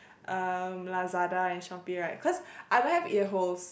erm Lazada and shopee right cause I don't have ear holes